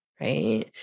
Right